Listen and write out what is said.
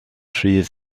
rhydd